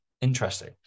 Interesting